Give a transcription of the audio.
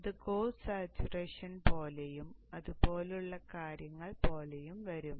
അത് course saturation പോലെയും അതുപോലുള്ള കാര്യങ്ങൾ പോലെയും വരും